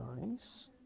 nice